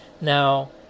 Now